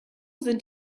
sind